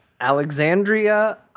Alexandria